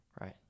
Right